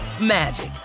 magic